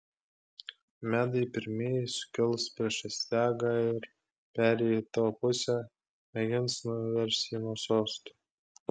medai pirmieji sukils prieš astiagą ir perėję į tavo pusę mėgins nuversti jį nuo sosto